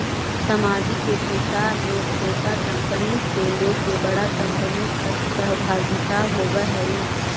सामाजिक उद्यमिता में छोटा कंपनी से लेके बड़ा कंपनी तक के सहभागिता होवऽ हई